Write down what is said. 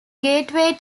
gateway